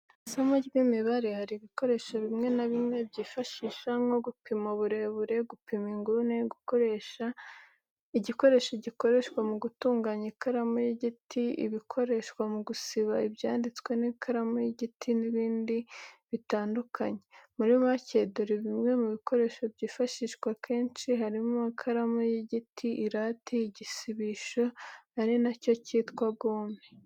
Mu isomo ry'imibare hari ibikoresho bimwe na bimwe byifashishwa nko gupima uburebure, gupima inguni, igikoresho gikoreshwa mu gutunganya ikaramu y'igiti, ibikoreshwa mu gusiba ibyanditswe n'ikaramu y'igiti n'ibindi bigiye bitandukanye. Muri make dore bimwe mu bikoresho byifashishwa kenshi, harimo ikaramu y'igiti, irate, igisibisho ari na cyo cyitwa gome.